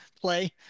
play